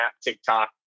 TikTok